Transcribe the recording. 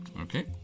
okay